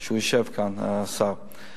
הוא יושב כאן, השר.